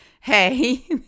hey